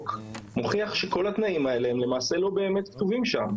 מוכיח שכל התנאים האלה הם למעשה לא באמת כתובים שם.